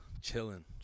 chilling